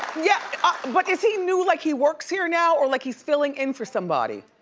yeah ah but is he new, like he works here now or like he's filling in for somebody?